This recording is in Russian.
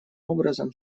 образом